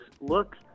look